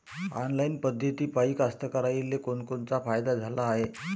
Online पद्धतीपायी कास्तकाराइले कोनकोनचा फायदा झाला हाये?